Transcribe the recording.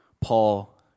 Paul